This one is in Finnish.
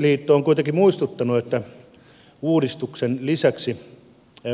kätilöliitto on kuitenkin muistuttanut että